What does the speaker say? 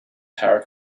power